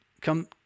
come